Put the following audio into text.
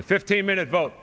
the fifteen minute vote